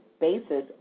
basis